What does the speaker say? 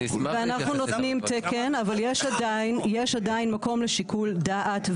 אנחנו נותנים תקן ויש עדיין מקום לשיקוף דעת.